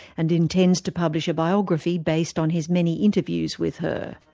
and intends to publish a biography based on his many interviews with her.